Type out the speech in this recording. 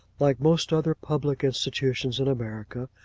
like most other public institutions in america,